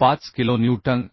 5 kilonewton